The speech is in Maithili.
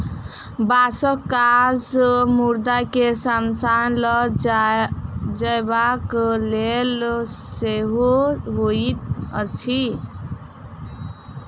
बाँसक काज मुर्दा के शमशान ल जयबाक लेल सेहो होइत अछि